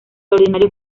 ordinario